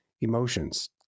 emotions